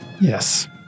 Yes